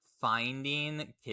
finding